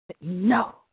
No